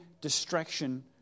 distraction